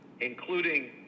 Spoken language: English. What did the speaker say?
including